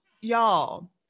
y'all